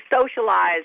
socialize